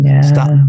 Stop